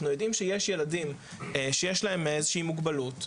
אנחנו יודעים שיש ילדים שיש להם איזו שהיא מוגבלות,